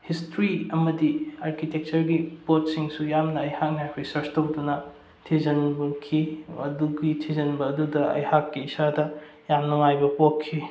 history ꯑꯃꯗꯤ ꯑꯥꯔꯀꯤꯇꯦꯛꯆ꯭ꯔꯒꯤ ꯄꯣꯠꯁꯤꯡꯁꯨ ꯌꯥꯝꯅ ꯑꯩꯍꯥꯛꯅ ꯔꯤꯁꯔꯁ ꯇꯧꯗꯨꯅ ꯊꯤꯖꯤꯟꯈꯤ ꯑꯗꯨꯒꯤ ꯊꯤꯖꯤꯟꯕ ꯑꯗꯨꯗ ꯑꯩꯍꯥꯛꯀꯤ ꯏꯁꯥꯗ ꯌꯥꯝ ꯅꯨꯡꯉꯥꯏꯕ ꯄꯣꯛꯈꯤ